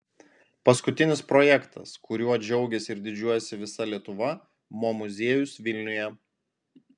paskutinis projektas kuriuo džiaugiasi ir didžiuojasi visa lietuva mo muziejus vilniuje